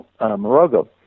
morogo